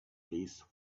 least